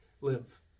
live